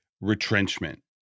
retrenchment